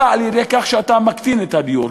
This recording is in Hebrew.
אלא על-ידי כך שאתה מקטין את הדירות,